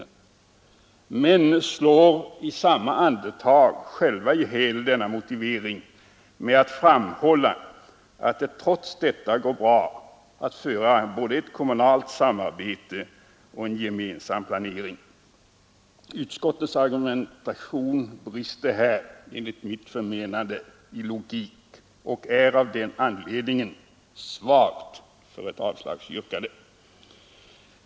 Men man slår i samma andetag själv ihjäl denna motivering genom att framhålla att det trots detta går bra att bedriva både ett kommunalt samarbete och en gemensam planering. Utskottets argumentation brister här i logik och är av den anledningen ett svagt underlag för ett avslagsyrkande.